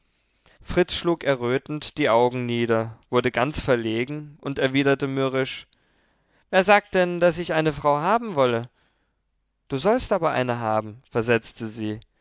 fritz schlug errötend die augen nieder wurde ganz verlegen und erwiderte mürrisch wer sagt denn daß ich eine frau haben wolle du sollst aber eine haben versetzte sie